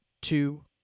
two